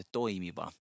toimiva